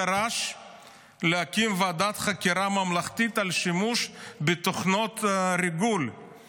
דרש להקים ועדת חקירה ממלכתית על שימוש בתוכנות ריגול,